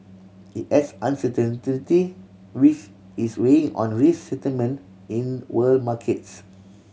it adds uncertainty which is weighing on risk sentiment in world markets